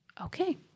Okay